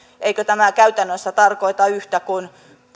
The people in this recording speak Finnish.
eikö tämä käytännössä tarkoita yhtä kuin